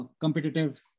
competitive